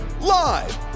live